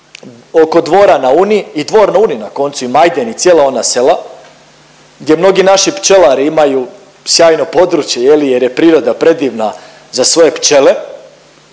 oko Dvora na Uni i Dvor na Uni na koncu i Majde i cijela ona sela gdje mnogi naši pčelari imaju sjajno područje jer je priroda predivna za svoje pčele,